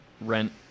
rent